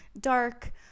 dark